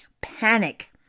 panic